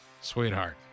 sweetheart